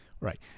right